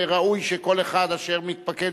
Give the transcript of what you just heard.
אני חושב שראוי שכל אחד אשר מתפקד